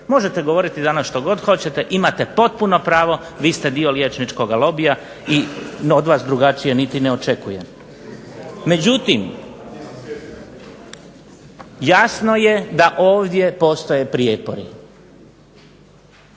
Možete govoriti danas što god hoćete. Imate potpuno pravo. Vi ste dio liječničkoga lobija i od vas drugačije niti ne očekujem. Međutim, jasno je da ovdje postoje prijepori.